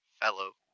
fellow